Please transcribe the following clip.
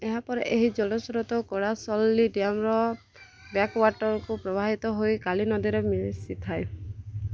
ଏହାପରେ ଏହି ଜଳସ୍ରୋତ କୋଡ଼ାସଲ୍ଲି ଡ଼୍ୟାମ୍ର ବ୍ୟାକ୍ୱାଟର୍କୁ ପ୍ରବାହିତ ହୋଇ କାଲୀ ନଦୀରେ ମିଶିଥାଏ